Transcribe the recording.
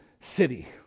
city